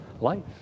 life